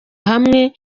hamwe